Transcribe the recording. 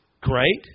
great